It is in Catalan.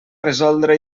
resoldre